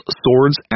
swords